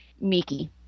Miki